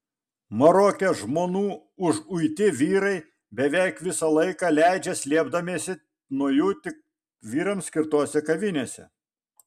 maroke žmonų užuiti vyrai beveik visą laiką leidžia slėpdamiesi nuo jų tik vyrams skirtose kavinėse